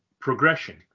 progression